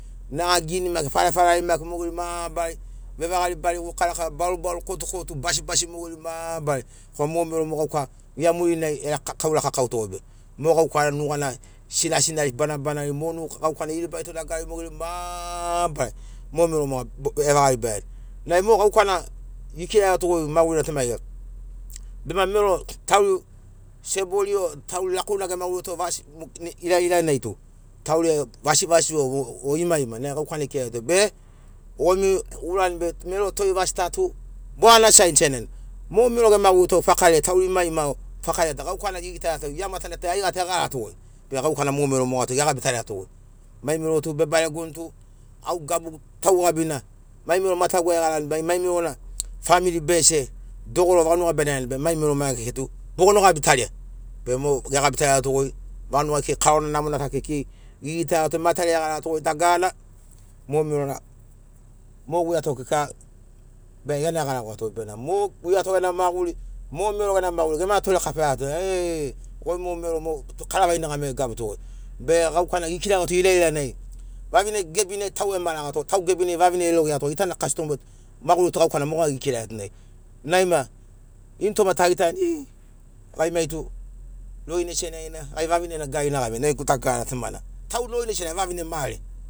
Naga gini maki farefareri maki mogeri mabarari vevaga riba variguri karakara barubaru kotukotu basibasi mogeri mabarari korana mo mero mo gauka gia murinai erakakau rakakau togoi be mo gauka nugana sinasinari banabanari mo gaukana eribari to dagarari mogeri mabarari mo mero moga evaga ribaiani nai mo gaukana ikiraiato goi magurina tu maiga bema mero tauri sebori o tauri lakouna gemagurito ilailanai tu tauri vasivasi imaima nai gaukana ikiraritogoi be gomi gurani be mero toi vasi ta to bogono saini senagi mo mero emagurito fakarai tauri imaima o fakarai tu gaukana gigitaiato gia matana tu aiga tu egaraiato goi be gaukana mo mero moga tu gegabifariato goi mai mero tu bebaregoni tu au gabugu taugabina mai mero mataguai egarani mai merona family bese dogoro vanuga be nariani be mai mero maiga kekei tu bogono gabitaria be mo gegabitariato goi vanugai kekei karona namona ta kekei gigitaiato matarai egaraiato goi dagarana mo merona mo guiato kika egarawaiato be namo mo guiato gena maguri mo mero gena maguri gema tore kafaiato e goi mo mero tum o karavei nogamo eve gabuto goi be gukana gikiragiato ilailanai vavine gebinai tau emaragato goi tau gebinai vavine elogeato goi gitana kastom i tu gaukana mogo gikiragiato nai ma initoma ta gitaiani i gai mai tu rorina senagina gai vavinena gari na gaveini dagarana tu maniga au rorinai senagina vavine mare